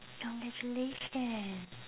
congratulations